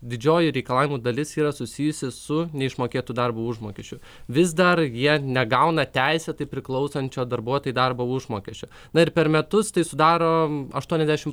didžioji reikalavimų dalis yra susijusi su neišmokėtu darbo užmokesčiu vis dar jie negauna teisėtai priklausančio darbuotojų darbo užmokesčio na ir per metus tai sudaro aštuoniasdešim